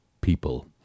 people